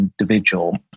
individual